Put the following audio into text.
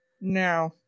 No